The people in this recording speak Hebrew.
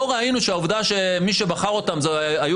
לא ראינו שהעובדה שמי שבחר אותם היו